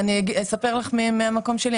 אני אספר לך מהמקום שלי.